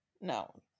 No